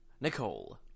Nicole